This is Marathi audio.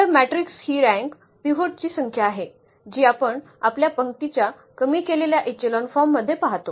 तर मॅट्रिक्स हि रँक पिव्होट ची संख्या आहे जी आपण आपल्या पंक्तीच्या कमी केलेल्या इचेलॉन फॉर्म मध्ये पाहतो